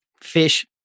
fish